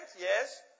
Yes